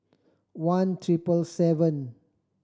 one triple seven